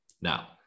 Now